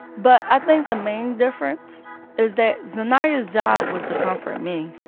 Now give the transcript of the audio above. but i think the main difference is that zainaya's job was to comfort me,